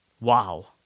wow